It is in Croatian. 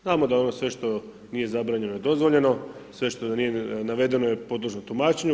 Znamo da ono sve što nije zabranjeno je dozvoljeno, sve što nije navedeno je podložno tumačenju.